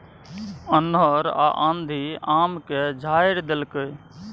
अन्हर आ आंधी आम के झाईर देलकैय?